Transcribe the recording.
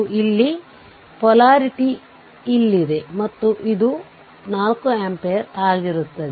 ನಂತರRThevenin V0 i0 ಆಗಿರುತ್ತದೆ